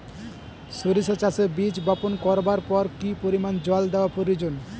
সরিষা চাষে বীজ বপন করবার পর কি পরিমাণ জল দেওয়া প্রয়োজন?